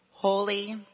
Holy